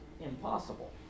impossible